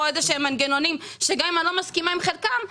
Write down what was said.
מנגנונים שגם אם אני לא מסכימה עם חלקם,